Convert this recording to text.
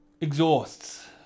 Exhausts